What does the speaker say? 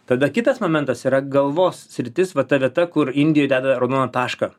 tada kitas momentas yra galvos sritis va ta vieta kur indijoj deda raudoną tašką